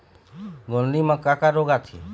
गोंदली म का का रोग आथे?